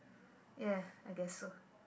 ya I guess so